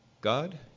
God